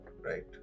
Right